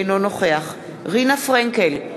אינו נוכח רינה פרנקל,